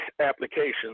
applications